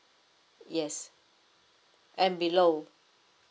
yes and below